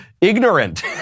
ignorant